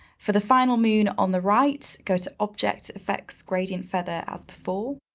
for the final moon on the right, go to object effects gradient feather as before.